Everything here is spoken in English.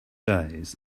days